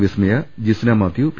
Vismaya Jisna Mathew P